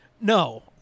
no